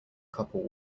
couple